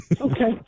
Okay